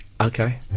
okay